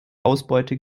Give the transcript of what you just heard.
ausbeute